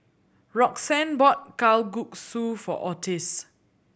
Roxanne bought Kalguksu for Ottis